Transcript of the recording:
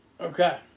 Okay